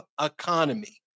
economy